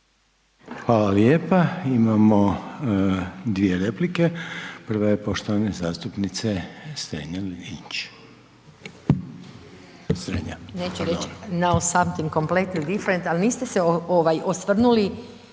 Hvala lijepo. Imamo dvije replike. Prva je poštovanog zastupnika Ante Babića.